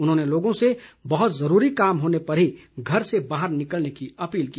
उन्होंने लोगों से बहुत ज़रूरी काम होने पर ही घर से बाहर निकलने की अपील की